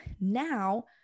now